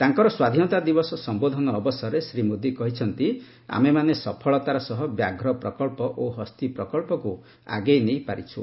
ତାଙ୍କର ସ୍ୱାଧୀନତା ଦିବସ ସମ୍ବୋଧନ ଅବସରରେ ଶ୍ରୀ ମୋଦି କହିଛନ୍ତି ଆମେମାନେ ସଫଳତାର ସହ ବ୍ୟାଘ୍ର ପ୍ରକଳ୍ପ ଓ ହସ୍ତୀ ପ୍ରକଳ୍ପକୁ ଆଗେଇନେଇ ପାରିଛୁ